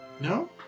no